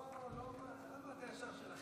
לא, למה ישר "שלכם"?